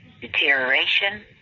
deterioration